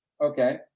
okay